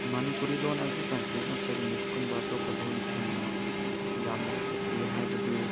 ꯃꯅꯤꯄꯨꯔꯤ ꯂꯣꯟ ꯑꯁꯤ ꯁꯪꯁꯀ꯭ꯔꯤꯠ ꯅꯠꯇ꯭ꯔ ꯏꯪꯂꯤꯁꯀꯨꯝꯕ ꯑꯇꯣꯞꯄ ꯂꯣꯟꯁꯤꯡꯅ ꯌꯥꯝꯅ ꯏꯊꯤꯜ ꯄꯤ ꯍꯥꯏꯕꯗꯤ